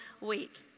week